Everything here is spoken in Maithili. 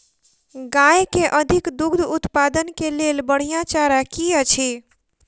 गाय केँ अधिक दुग्ध उत्पादन केँ लेल बढ़िया चारा की अछि?